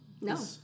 No